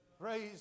Praise